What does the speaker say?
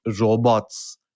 robots